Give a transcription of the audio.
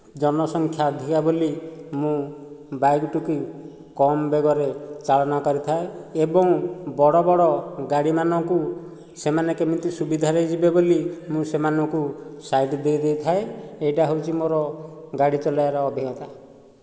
ଜନସଂଖ୍ୟା ଅଧିକା ବୋଲି ମୁଁ ବାଇକ୍ଟିକୁ କମ ବେଗରେ ଚାଳନ କରିଥାଏ ଏବଂ ବଡ଼ ବଡ଼ ଗାଡ଼ିମାନଙ୍କୁ ସେମାନେ କେମିତି ସୁବିଧାରେ ଯିବେ ବୋଲି ମୁଁ ସେମାନଙ୍କୁ ସାଇଡ଼୍ ଦେଇ ଦେଇଥାଏ ଏହିଟା ହେଉଛି ମୋର ଗାଡ଼ି ଚଳାଇବାର ଅଭିଜ୍ଞତା